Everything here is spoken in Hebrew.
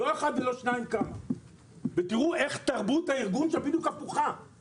לא אחד ולא שניים ותראו איך תרבות הארגון שלה בדיוק הפוכה,